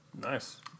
Nice